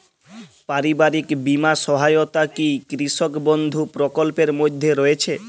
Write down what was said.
পারিবারিক বীমা সহায়তা কি কৃষক বন্ধু প্রকল্পের মধ্যে রয়েছে?